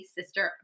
Sister